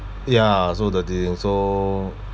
ya I saw dirty thing so